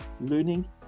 learning